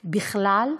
בכלל,